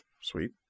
Sweet